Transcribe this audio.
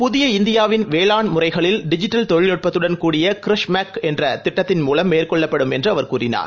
புதிய இந்தியாவின் வேளாண் முறைகளில் டிஜிட்டல் தொழில்நுட்பத்துடன் கூடிய க்ரிஷ் மெக் என்றதிட்டத்தின் மூலம் மேற்கொள்ளப்படும் என்றுஅவர் கூறினார்